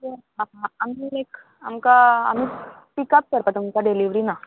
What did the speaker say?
आमी एक आमकां आमी पिकअप करपा तुमकां डिलीवरी ना